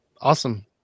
awesome